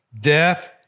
Death